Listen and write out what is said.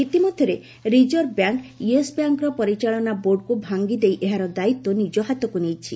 ଇତିମଧ୍ୟରେ reserve bank yes ବ୍ୟାଙ୍କର ପରିଚାଳନା ବୋର୍ଡକୁ ଭାଙ୍ଗିଦେଇ ଏହାର ଦାୟିତ୍ୱ ନିଜ ହାତକୁ ନେଇଛି